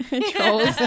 Trolls